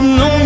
no